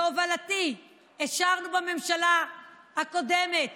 בהובלתי, אפשרנו בממשלה הקודמת